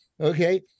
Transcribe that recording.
okay